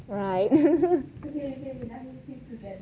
right